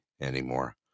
anymore